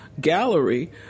gallery